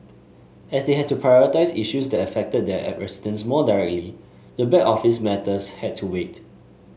as they had to prioritise issues that affected their residents more directly the back office matters had to wait